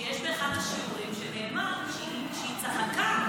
שיש באחד השיעורים שנאמר שכשהיא צחקה,